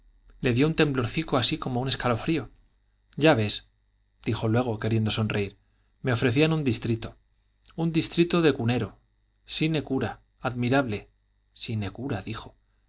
le dio un temblorcico así como un escalofrío ya ves dijo luego queriendo sonreír me ofrecían un distrito un distrito de cunero sine cura admirable sine cura dijo apetitoso bocado pero